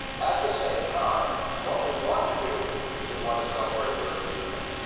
at the same time, what we want to do is we wanna celebrate your achievement.